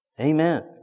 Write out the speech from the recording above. Amen